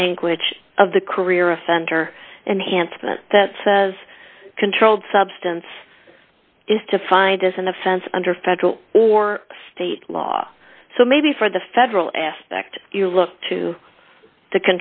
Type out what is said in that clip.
language of the career of center and hand that says controlled substance is defined as an offense under federal or state law so maybe for the federal aspect you look to the